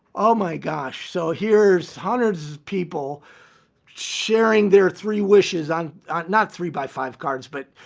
oh my gosh. so here's hundreds of people sharing their three wishes on not three by five cards, but,